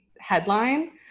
headline